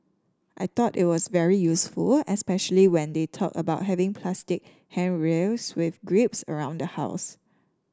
I thought it was very useful especially when they talked about having plastic handrails with grips around the house